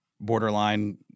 borderline